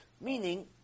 Meaning